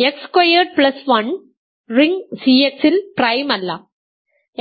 അതിനാൽ x squared plus 1 ring CX ൽ prime അല്ല